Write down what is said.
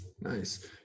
Nice